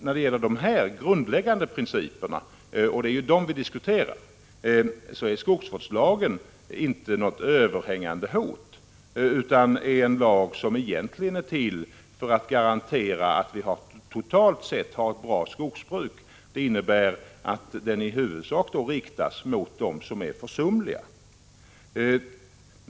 När det gäller de grundläggande principerna, som vi nu diskuterar, skall vi vara klara över att skogsvårdslagen för de flesta skogsägare inte är något överhängande hot. Det är en lag som egentligen skall garantera ett bra skogsbruk totalt sett. Det innebär alltså att lagen i huvudsak riktas mot dem som är försumliga.